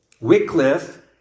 Wycliffe